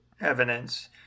evidence